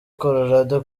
colorado